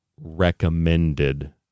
recommended